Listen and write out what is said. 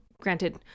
granted